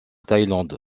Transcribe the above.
thaïlande